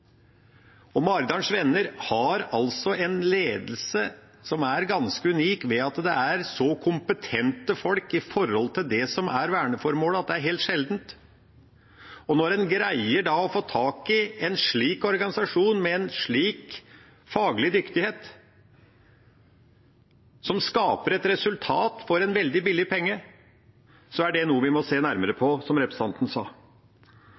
Venner har en ledelse som er ganske unik ved at det er så kompetente folk når det gjelder verneformålet. Det er helt sjeldent. Når en greier å få tak i en slik organisasjon med en slik faglig dyktighet, og som skaper et resultat for en veldig billig penge, er det noe vi må se nærmere på, som representanten sa.